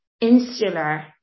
insular